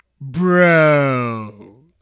bro